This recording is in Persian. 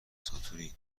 ساتوری